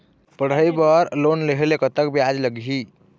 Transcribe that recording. पढ़ई बर लोन लेहे ले कतक ब्याज लगही?